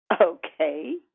Okay